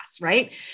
right